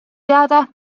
teada